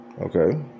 Okay